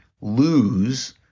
lose